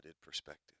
perspective